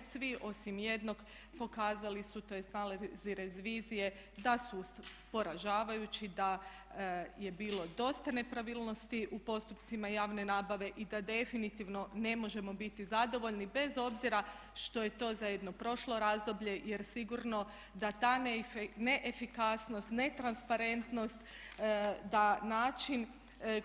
Svi osim jednog pokazali su tj. nalazi revizije da su poražavajući, da je bilo dosta nepravilnosti u postupcima javne nabave i da definitivno ne možemo biti zadovoljni bez obzira što je to za jedno prošlo razdoblje jer sigurno da ta neefikasnost, netransparentnost da način